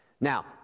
Now